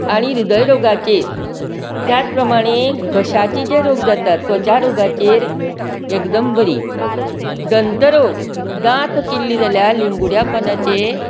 आनी रिद्य रोगारचेर त्याच प्रमाणें घशाची जे रोग जातात त्वचा रोगाचेर एकदम बरी दंत रोग दांत किल्ली जाले जाल्यार लिगुड्या पानाचे